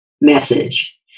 message